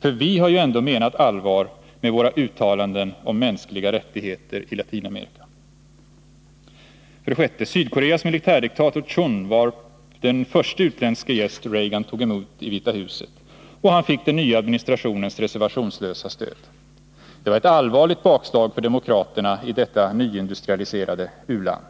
för vi har ju ändå menat allvar med våra uttalanden om mänskliga rättigheter i Latinamerika. 6. Sydkoreas militärdiktator Chun var den första utländska gäst som Reagan tog emot i Vita huset, och han fick den nya administrationens reservationslösa stöd. Det var ett allvarligt bakslag för demokraterna i detta nyindustrialiserade u-land.